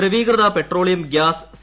ദ്രവീകൃത petroleum gas C